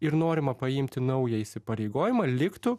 ir norima paimti naują įsipareigojimą liktų